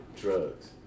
Drugs